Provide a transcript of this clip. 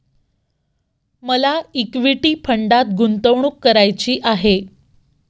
मला इक्विटी फंडात गुंतवणूक करायची आहे